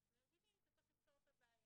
והם מבינים שצריך לפתור את הבעיה,